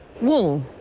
Wool